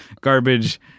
garbage